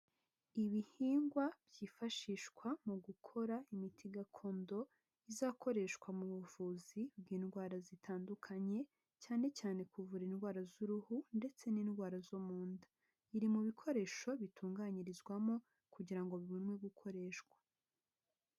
Ibihingwa byifashishwa mu gukora imiti gakondo izakoreshwa mu buvuzi bw'indwara zitandukanye, cyane cyane kuvura indwara z'uruhu ndetse n'indwara zo mu nda. Biri mu bikoresho bitunganyirizwamo kugira ngo bibone gukoreshwa.